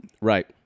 Right